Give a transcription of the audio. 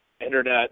internet